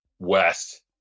west